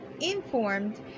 informed